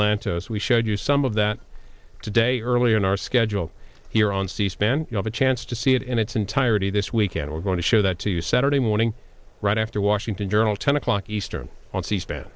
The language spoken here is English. lantos we showed you some of that today earlier in our schedule here on c span you have a chance to see it in its entirety this weekend we're going to show that to you saturday morning right after washington journal ten o'clock eastern on c span